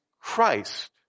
Christ